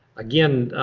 again,